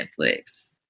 Netflix